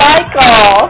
Michael